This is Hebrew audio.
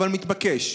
אבל מתבקש.